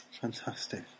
fantastic